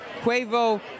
Quavo